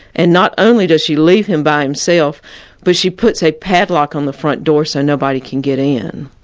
and not only does she leave him by himself but she puts a padlock on the front door so nobody can get in.